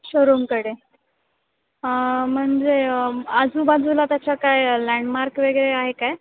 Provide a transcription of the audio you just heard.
शोरूमकडे म्हणजे आजूबाजूला त्याच्या काही लँडमार्क वगैरे आहे काय